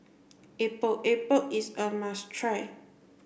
Epok Epok is a must try